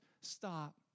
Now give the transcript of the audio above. stop